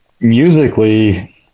musically